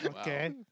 Okay